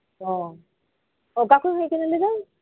ᱳ ᱚᱠᱟ ᱠᱷᱚᱱᱮᱢ ᱦᱮᱡᱽ ᱟᱠᱟᱱᱟᱢ ᱞᱟᱹᱭᱮᱫᱟᱢ